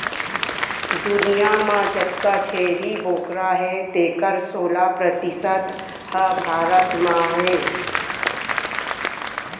दुनियां म जतका छेरी बोकरा हें तेकर सोला परतिसत ह भारत म हे